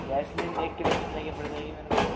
jasmine एक kilo कितने की पड़ जाएगी मेरे को